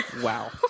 Wow